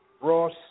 Ross